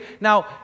Now